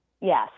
Yes